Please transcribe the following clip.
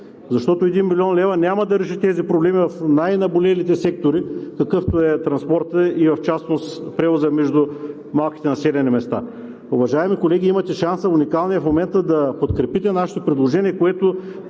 Защото 1 млн. лв. няма да реши тези проблеми в най-наболелите сектори, какъвто е транспортът и в частност превоза между малките населени места. Уважаеми колеги, имате уникалния шанс в момента да подкрепите нашето предложение, което,